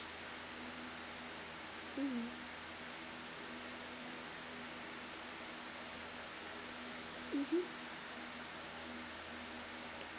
mm mmhmm